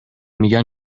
میگن